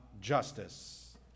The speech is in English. justice